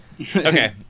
Okay